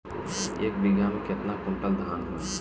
एक बीगहा में केतना कुंटल धान होई?